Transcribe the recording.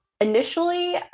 Initially